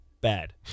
bad